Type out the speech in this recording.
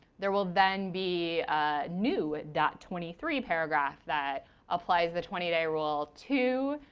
there will then be new dot twenty three paragraph that applies the twenty day rule to